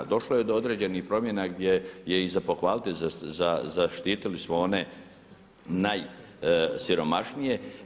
Došlo je do određenih promjena gdje je i za pohvaliti, zaštitili smo one najsiromašnije.